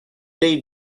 they